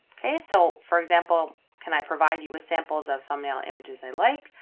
okay, so for example, can i provide you with samples of thumbnail images i like?